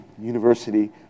university